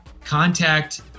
contact